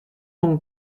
donc